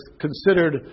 considered